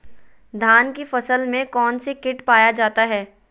धान की फसल में कौन सी किट पाया जाता है?